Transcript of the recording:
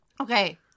Okay